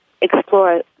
explore